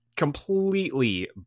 Completely